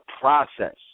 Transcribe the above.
process